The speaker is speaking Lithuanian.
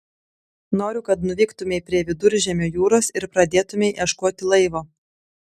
noriu kad nuvyktumei prie viduržemio jūros ir pradėtumei ieškoti laivo